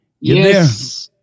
yes